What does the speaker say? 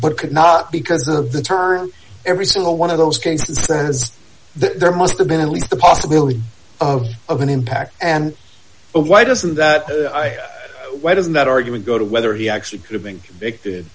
could not because of the turn every single one of those cases has there must have been at least the possibility of an impact and why doesn't that why doesn't that argument go to whether he actually could have been convicted